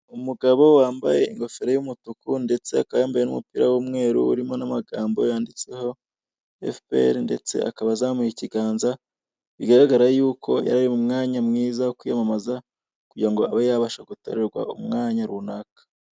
Umugabo wambaye ingofero y'umutuku ndetse akaba yambaye n'umupira w'umweru urimo namagambo yanditseho FPR ndetse akaba azamuye ikiganza, bigaragara yuko yarari mumwanya mwiza wo kwiyamamaza, kugira ngo abe yabasha gutorerwa umwanya runaka.